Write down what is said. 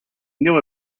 knew